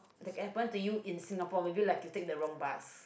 that happen to you in Singapore maybe like you take the wrong bus